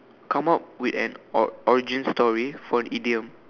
come up with an or origin story for an idiom